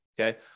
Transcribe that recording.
Okay